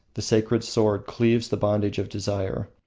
the sacred sword cleaves the bondage of desire.